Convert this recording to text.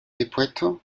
dispuesto